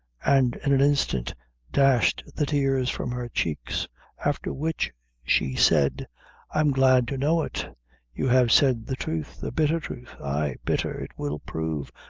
and in an instant dashed the tears from her cheeks after which she said i am glad to know it you have said the truth the bitther truth ay, bitther it will prove,